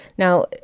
now,